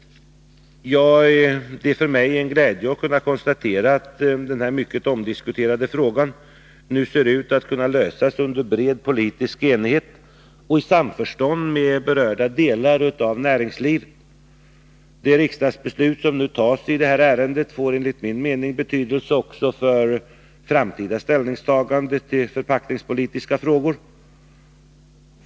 Det är för mig en glädje att kunna konstatera att denna mycket omdiskuterade fråga nu ser ut att kunna lösas under bred politisk enighet och i samförstånd med berörda delar av näringslivet. Det riksdagsbeslut som nu skall fattas i detta ärende får enligt min mening betydelse också för framtida ställningstaganden till förpackningspolitiska frågor.